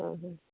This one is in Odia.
ହୁଁ